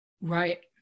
Right